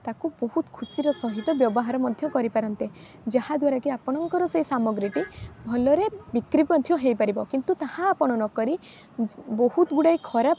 ତାକୁ ବହୁତ ଖୁସିର ସହିତ ବ୍ୟବହାର ମଧ୍ୟ କରିପାରନ୍ତେ ଯାହାଦ୍ୱାରାକି ଆପଣଙ୍କର ସେ ସାମଗ୍ରୀଟି ଭଲରେ ବିକ୍ରି ମଧ୍ୟ ହୋଇପାରିବ କିନ୍ତୁ ତାହା ଆପଣ ନକରି ବହୁତ ଗୁଡ଼ାଏ ଖରାପ